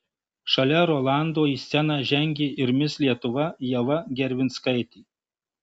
šalia rolando į sceną žengė ir mis lietuva ieva gervinskaitė